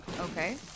Okay